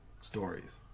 stories